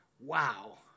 Wow